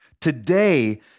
today